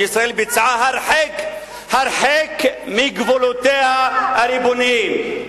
שישראל ביצעה הרחק מגבולותיה הריבוניים,